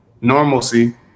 normalcy